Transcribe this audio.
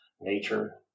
nature